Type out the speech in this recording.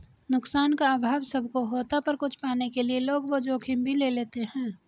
नुकसान का अभाव सब को होता पर कुछ पाने के लिए लोग वो जोखिम भी ले लेते है